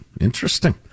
Interesting